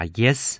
yes